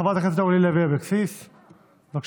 חברת הכנסת אורלי לוי אבקסיס, בבקשה.